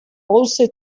also